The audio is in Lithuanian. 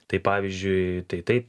tai pavyzdžiui tai taip